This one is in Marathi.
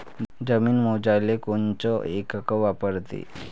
जमीन मोजाले कोनचं एकक वापरते?